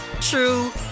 true